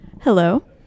Hello